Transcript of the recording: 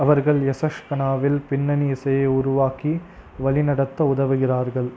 அவர்கள் யக்ஷகனாவில் பின்னணி இசையை உருவாக்கி வழிநடத்த உதவுகிறார்கள்